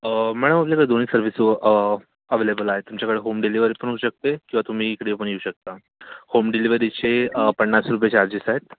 madam आपल्याकडे दोन्ही service available आहेत तुमच्याकडे होम डेलिव्हरी पण होऊ शकते किंवा तुम्ही इकडे पण येऊ शकता होम डिलिव्हरीचे पन्नास रुपये चार्जेस आहेत